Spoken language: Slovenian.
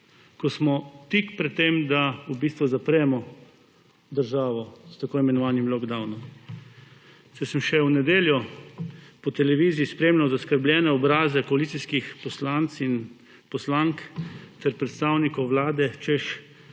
Ko smo tik pred tem, da v bistvu zapremo državo s tako imenovanim lockdownom. Če sem še v nedeljo po televiziji spremljal zaskrbljene obraze koalicijskih poslancev in poslank ter predstavnikov vlade, češ,